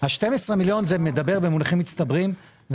ה-12 מיליון זה מדבר במונחים מצטברים,